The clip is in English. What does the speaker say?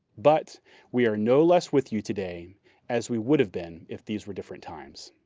but we are no less with you today as we would've been, if these were different times.